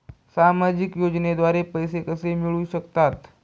सामाजिक योजनेद्वारे पैसे कसे मिळू शकतात?